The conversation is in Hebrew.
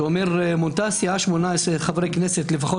שאומר "מנתה הסיעה שמונה עשר חברי הכנסת לפחות,